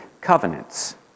Covenants